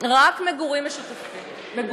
רק מגורים משותפים זה נחשב?